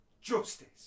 Justice